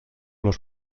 los